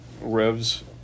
Revs